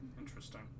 Interesting